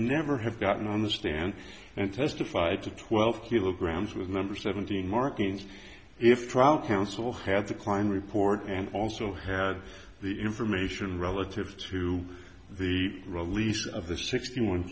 never have gotten on the stand and testified to twelve kilograms was number seventeen markings if trial counsel had declined report and also had the information relative to the release of the sixty one